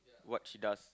what she does